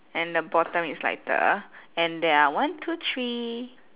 and the bottom is lighter and there are one two three